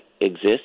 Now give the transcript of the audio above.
exists